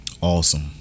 Awesome